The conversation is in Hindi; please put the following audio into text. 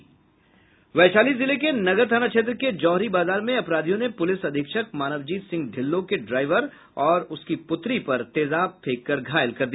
वैशाली जिले के नगर थाना क्षेत्र के जौहरी बाजार में अपराधियों ने पूलिस अधीक्षक मानवजीत सिंह ढिल्लो के ड्राइवर और उसकी पुत्री पर तेजाब फेंककर घायल कर दिया